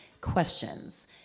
questions